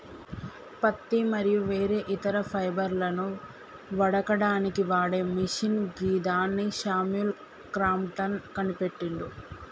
పత్తి మరియు వేరే ఇతర ఫైబర్లను వడకడానికి వాడే మిషిన్ గిదాన్ని శామ్యుల్ క్రాంప్టన్ కనిపెట్టిండు